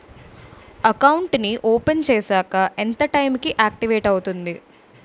Account నీ open చేశాక ఎంత టైం కి ఆక్టివేట్ అవుతుంది?